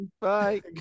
bye